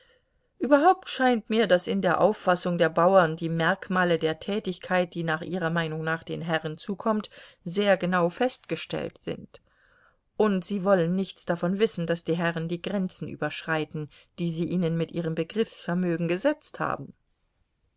überhaupt scheint mir daß in der auffassung der bauern die merkmale der tätigkeit die nach ihrer meinung den herren zukommt sehr genau festgestellt sind und sie wollen nichts davon wissen daß die herren die grenzen überschreiten die sie ihnen mit ihrem begriffsvermögen gesetzt haben